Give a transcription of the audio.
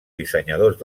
dissenyadors